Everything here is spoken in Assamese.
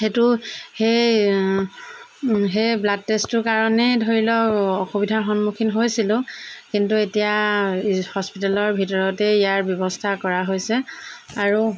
সেইটো সেই সেই ব্লাড টেষ্টটোৰ কাৰণে ধৰি লওক অসুবিধাৰ সন্মুখীন হৈছিলোঁ কিন্তু এতিয়া হস্পিটেলৰ ভিতৰতে ইয়াৰ ব্যৱস্থা কৰা হৈছে আৰু